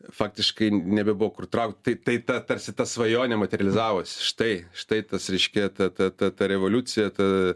faktiškai nebebuvo kur traukt tai tai ta tarsi ta svajonė materializavosi štai štai tas reiškia ta ta ta ta revoliucija ta